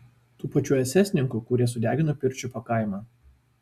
tų pačių esesininkų kurie sudegino pirčiupio kaimą